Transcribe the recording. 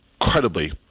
incredibly